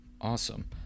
awesome